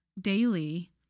daily